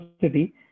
city